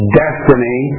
destiny